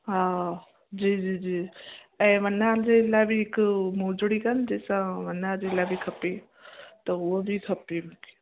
हा जी जी जी ऐं वनां जे लाइ बि हिक मोजिड़ी कोन्ह जंहिंसां वनां जे लाइ बि खपे त उहो बि खपे मूंखे